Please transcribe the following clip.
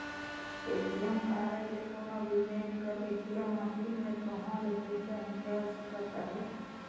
ATM card ले कोनो भी बेंक कर ए.टी.एम मसीन में कहों ले पइसा हिंकाएल सकत अहे